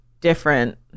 different